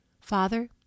Father